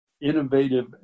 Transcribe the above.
innovative